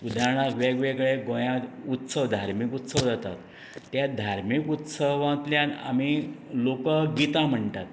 गोंया वेगवेगळे धार्मीक उत्सव जातात ते धार्मीक उत्सवांतल्यान आमी लोकगितां म्हणटात